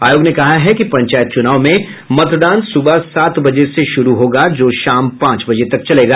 आयोग ने कहा है कि पंचायत चुनाव में मतदान सुबह सात बजे से शुरू होगा जो शाम पांच बजे तक चलेगा